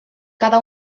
cada